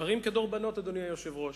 דברים כדרבונות, אדוני היושב-ראש.